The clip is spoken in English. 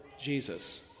Jesus